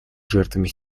жертвами